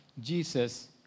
Jesus